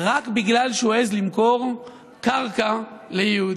רק בגלל שהוא העז למכור קרקע ליהודים.